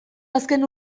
azken